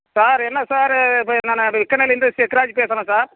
sir என்ன sir இப்போ நான் எக்கன்னல்லேந்து எத்திராஜ் பேசுறேன் சார்